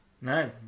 No